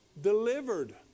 Delivered